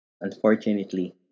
Unfortunately